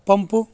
pump